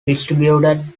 distributed